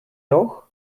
roh